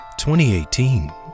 2018